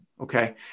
okay